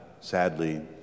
sadly